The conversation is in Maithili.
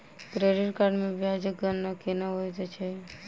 क्रेडिट कार्ड मे ब्याजक गणना केना होइत छैक